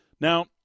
Now